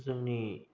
जोंनि